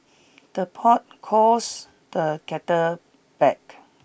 the pot calls the kettle back